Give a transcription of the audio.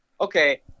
okay